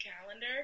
calendar